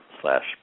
slash